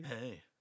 Hey